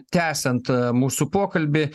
tęsiant aa mūsų pokalbį